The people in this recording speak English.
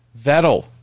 Vettel